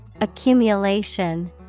Accumulation